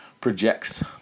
projects